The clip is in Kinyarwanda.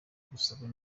gusaba